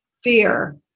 fear